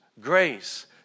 grace